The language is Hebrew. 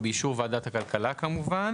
ובאישור ועדת הכלכלה כמובן